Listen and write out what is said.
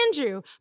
Andrew